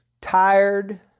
tired